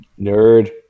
Nerd